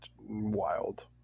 Wild